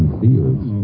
fields